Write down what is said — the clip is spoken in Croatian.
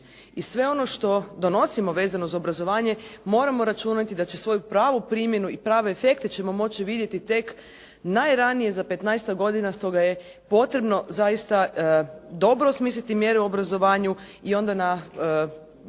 I sve ono što donosimo vezano uz obrazovanje moramo računati da će svoju pravu primjenu i prave efekte ćemo moći vidjeti tek najranije za petnaestak godina, stoga je potrebno zaista dobro osmisliti mjere u obrazovanju i onda na